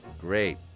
Great